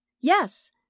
Yes